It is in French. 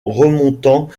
remontant